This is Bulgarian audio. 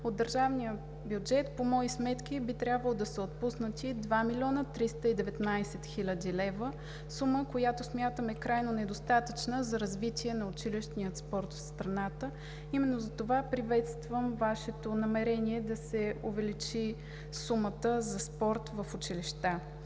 от държавния бюджет, по мои сметки, би трябвало да са отпуснати 2 млн. 319 хил. лв. – сума, която смятаме за крайно недостатъчна за развитие на училищния спорт в страната. Именно затова приветствам Вашето намерение да се увеличи сумата за спорт в училищата.